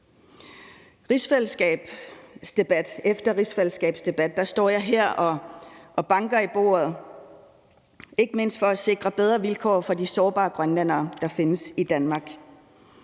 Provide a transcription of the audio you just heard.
efter rigsfællesskabsdebat står jeg her og banker i bordet, ikke mindst for at sikre bedre vilkår for de sårbare grønlændere, der findes i Danmark.